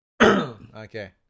Okay